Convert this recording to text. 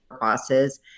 bosses